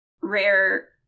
rare